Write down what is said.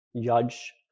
judge